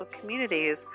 communities